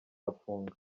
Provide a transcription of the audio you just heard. arafungwa